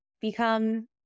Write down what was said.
become